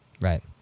Right